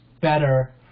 better